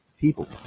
people